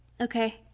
Okay